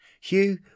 Hugh